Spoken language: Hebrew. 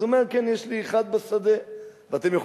אז הוא אומר: כן, יש לי אחד בשדה.